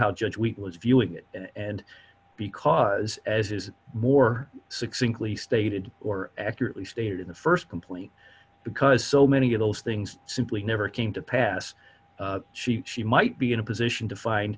how judge week was viewing it and because as is more succinctly stated or accurately stated in the st complete because so many of those things simply never came to pass she she might be in a position to find